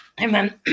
amen